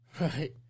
Right